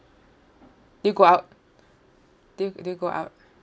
did you go out do you do you go out